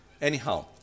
Anyhow